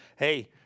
Hey